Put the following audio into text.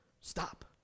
stop